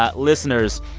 ah listeners,